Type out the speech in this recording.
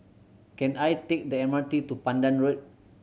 can I take the M R T to Pandan Road